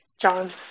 John